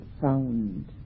sound